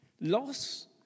Loss